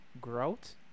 Grout